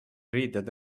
riideid